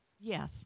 Yes